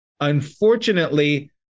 Unfortunately